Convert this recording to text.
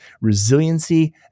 resiliency